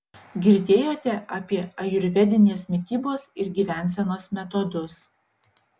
girdėjote apie ajurvedinės mitybos ir gyvensenos metodus